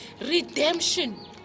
Redemption